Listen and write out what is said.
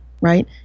right